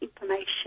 information